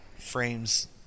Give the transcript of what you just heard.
frames